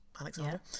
Alexandra